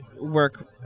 work